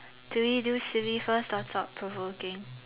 do we do silly first or thought provoking